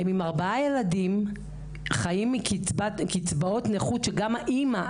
הם עם ארבעה ילדים שחיים מקצבאות נכות שגם האמא,